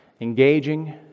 Engaging